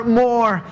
more